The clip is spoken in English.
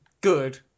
good